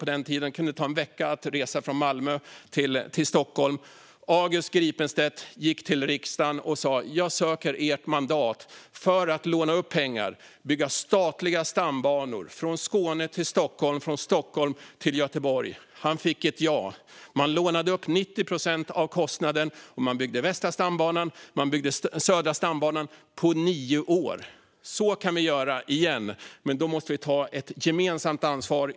På den tiden kunde det ta en vecka att resa från Malmö till Stockholm. August Gripenstedt gick till riksdagen och sa: Jag söker ert mandat för att låna upp pengar och bygga statliga stambanor från Skåne till Stockholm och från Stockholm till Göteborg. Han fick ett ja. Man lånade upp 90 procent av kostnaden och byggde västra stambanan och södra stambanan på nio år. Så kan vi göra igen, men då måste vi ta ett gemensamt ansvar.